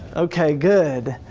okay good.